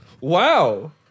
Wow